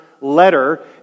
letter